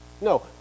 No